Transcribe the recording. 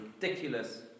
ridiculous